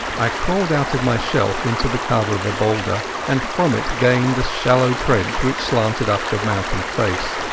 i crawled out of my shelf into the cover of a boulder, and from it gained a shallow trench which slanted up the mountain face.